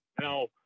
Now